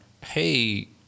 hey